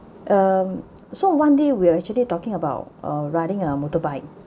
um so one day we're actually talking about uh riding a motorbike